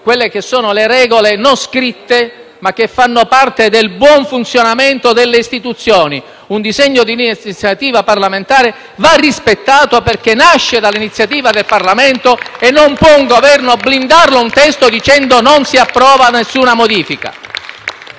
quelle che sono le regole non scritte ma che fanno parte del buon funzionamento delle istituzioni. Un disegno di legge di iniziativa parlamentare va rispettato perché nasce dall'iniziativa del Parlamento e non può un Governo blindare un testo dicendo che non si approva alcuna modifica.